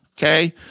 Okay